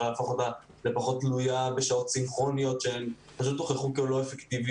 איך להפוך אותה לפחות תלויה בשעות סינכרוניות שהן לא אפקטיביות,